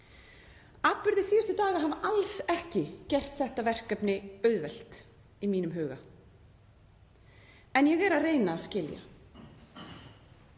Atburðir síðustu daga hafa alls ekki gert þetta verkefni auðvelt í mínum huga. En ég er að reyna að skilja.